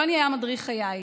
יוני היה מדריך חיי.